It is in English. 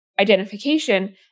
identification